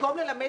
במקום ללמד